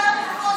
ראש הממשלה,